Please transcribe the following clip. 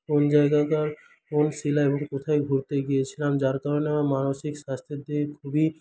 কোন জায়গাটার কোন শিলা এবং কোথায় ঘুরতে গিয়েছিলাম যার কারণে আমার মানসিক স্বাস্থের দিক খুবই